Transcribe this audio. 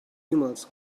emails